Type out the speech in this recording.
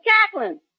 cackling